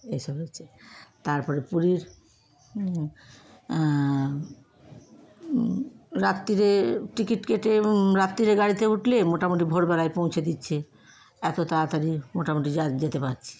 এসব হচ্ছে তারপরে পুরীর রাত্তিরে টিকিট কেটে রাত্তিরে গাড়িতে উঠলে মোটামুটি ভোরবেলায় পৌঁছে দিচ্ছে এত তাড়াতাড়ি মোটামুটি যা যেতে পারছি